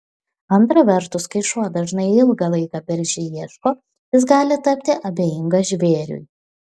antra vertus kai šuo dažnai ilgą laiką bergždžiai ieško jis gali tapti abejingas žvėriui